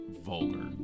vulgar